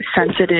sensitive